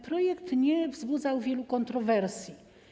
Projekt nie wzbudzał wielu kontrowersji.